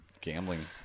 gambling